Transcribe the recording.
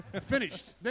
Finished